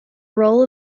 role